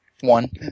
One